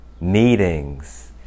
meetings